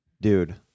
Dude